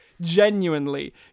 genuinely